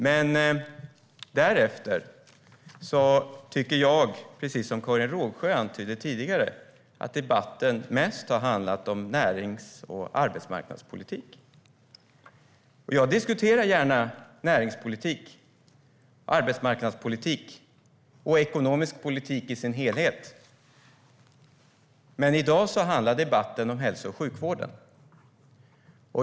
Men därefter tycker jag, precis som Karin Rågsjö antydde tidigare, att debatten mest har handlat om närings och arbetsmarknadspolitik. Jag diskuterar gärna näringspolitik, arbetsmarknadspolitik och ekonomisk politik i dess helhet. Men i dag handlar debatten om hälso och sjukvården.